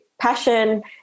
passion